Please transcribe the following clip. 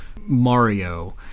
Mario